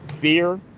fear